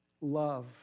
Love